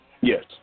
Yes